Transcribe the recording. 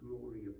glory